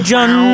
John